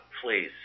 please